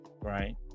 right